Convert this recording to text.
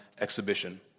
exhibition